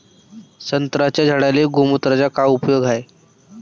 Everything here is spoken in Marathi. संत्र्याच्या झाडांले गोमूत्राचा काय उपयोग हाये?